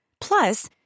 Plus